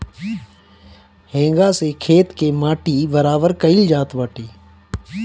हेंगा से खेत के माटी बराबर कईल जात बाटे